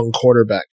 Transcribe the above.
quarterback